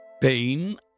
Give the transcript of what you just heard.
Pain